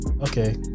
okay